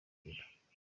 kabila